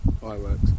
Fireworks